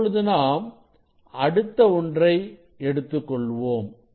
இப்பொழுது நாம் அடுத்த ஒன்றை எடுத்துக் கொள்வோம்